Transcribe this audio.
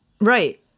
Right